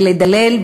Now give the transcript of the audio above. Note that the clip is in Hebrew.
ולדלל,